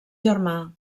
germà